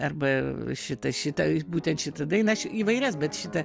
arba šitą šitą būtent šitą dainą aš įvairias bet šita